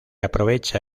aprovecha